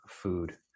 food